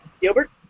Gilbert